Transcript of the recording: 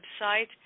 website